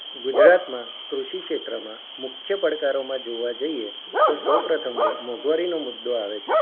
ગુજરાતમાં કૃષિ ક્ષેત્રમાં મુખ્ય પડકારોમાં જોવા જઈએ તો સૌ પ્રથમ તો મોંઘવારીનો મુદ્દો આવે છે